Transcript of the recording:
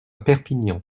perpignan